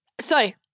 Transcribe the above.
sorry